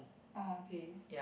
orh okay